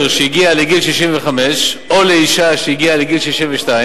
שהגיע לגיל 65 או לאשה שהגיעה לגיל 62,